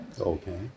Okay